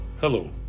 Hello